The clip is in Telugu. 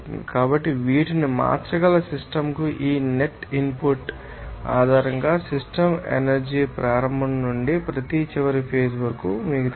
కాబట్టి వీటిని మార్చగల సిస్టమ్కు ఈ నెట్ ఇన్పుట్ ఆధారంగా సిస్టమ్ ఎనర్జీ ప్రారంభ నుండి ప్రతి చివరి ఫేజ్ వరకు మీకు తెలుసు